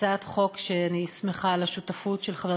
זו הצעת חוק שאני שמחה על השותפות בה של חבר